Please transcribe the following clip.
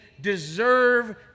deserve